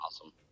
Awesome